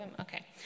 Okay